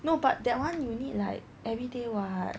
no but that [one] you need like everyday [what]